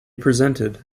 presented